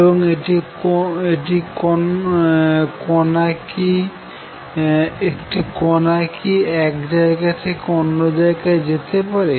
এবং একটি কোনা কি এক জায়গা থেকে অন্য জায়গায় যেতে পারে